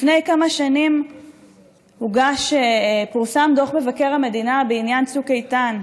לפני כמה שנים פורסם דוח מבקר המדינה בעניין צוק איתן,